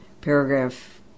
Paragraph